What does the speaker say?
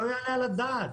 לא יעלה על הדעת,